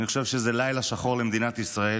אני חושב שזה לילה שחור למדינת ישראל.